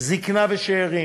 זיקנה ושאירים,